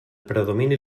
predomini